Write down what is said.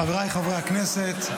חבריי חברי הכנסת,